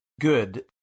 Good